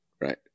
right